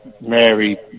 Mary